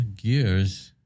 Gears